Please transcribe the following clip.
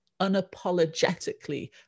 unapologetically